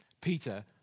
Peter